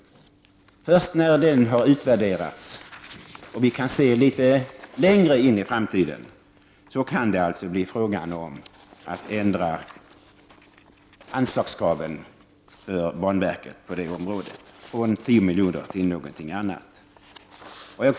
Först när det som gjorts under denna tid har utvärderats och när vi kan blicka litet längre in i framtiden, kan det bli fråga om att ändra anslagskraven för banverket på det området — alltså från 10 miljarder till ett annat belopp.